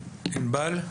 ענבל?